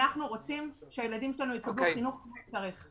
אנחנו רוצים שהילדים שלנו יקבלו חינוך כפי שצריך.